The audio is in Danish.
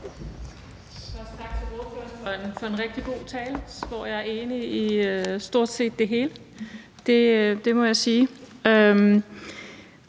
for en rigtig god tale, hvor jeg er enig i stort set det hele; det må jeg sige.